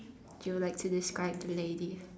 do you like to describe the lady